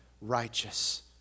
righteous